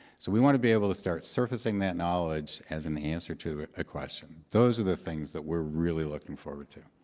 so we want to be able to start surfacing that knowledge as an answer to a question. those are the things that we're really looking forward to.